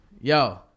Yo